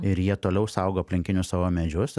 ir jie toliau saugo aplinkinius savo medžius